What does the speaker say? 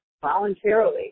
voluntarily